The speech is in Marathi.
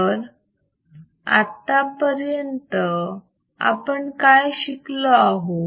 तर आत्तापर्यंत आपण काय शिकलो आहोत